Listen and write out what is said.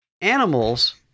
animals